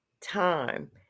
time